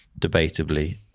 debatably